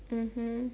mmhmm